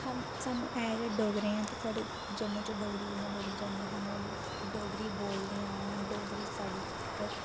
हम सानू ऐ गै डोगरें आं साढ़े जम्मू च डोगरी इ'यां बोली जंदी ऐ सानू डोगरी बोलदे आं डोगरी साढ़ी इक